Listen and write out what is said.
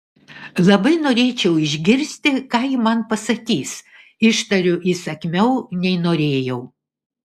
labai norėčiau išgirsti ką ji man pasakys ištariu įsakmiau nei norėjau